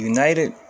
United